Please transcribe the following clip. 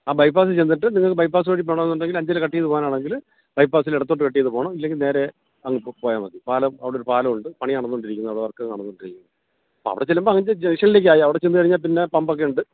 ആ ബൈപ്പാസ്സിൽ ചെന്നിട്ട് നിങ്ങൾക്ക് ബൈപ്പാസ്സ് വഴി പോവണമെന്നുണ്ടെങ്കിൽ അഞ്ചൽ കട്ട് ചെയ്ത് പോവാൻ ആണെങ്കിൽ ബൈപ്പാസ്സിൽ ഇടത്തോട്ട് കട്ട് ചെയ്ത് പോവണം ഇല്ലെങ്കിൽ നേരെ അങ്ങ് പോയാൽ മതി പാലം അവിടെ ഒരു പാലം ഉണ്ട് പണി നടന്നുകൊണ്ടിരിക്കുന്ന അവിടെ വർക്ക് നടന്നുകൊണ്ടിരിക്കുന്നു അവിടെ ചെല്ലുമ്പോൾ അങ്ങനെ ജംഗ്ഷനിലേക്ക് ആയി അവിടെ ചെന്ന് കഴിഞ്ഞാൽ പിന്നെ പമ്പ് ഒക്കെ ഉണ്ട്